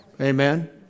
Amen